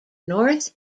north